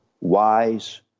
wise